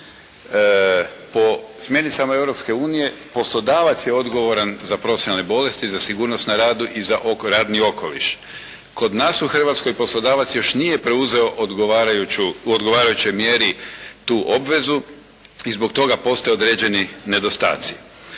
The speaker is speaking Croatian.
Po smjernicama Europske unije poslodavac je odgovoran za profesionalne bolesti, za sigurnost na radu i za radni okoliš. Kod nas u Hrvatskoj poslodavac još nije preuzeo u odgovarajućoj mjeri tu obvezu i zbog toga postoje određeni nedostaci.